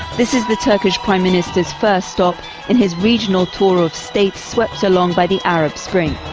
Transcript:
this is the turkish prime minister's first stop in his regional tour of states swept along by the arab spring.